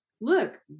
look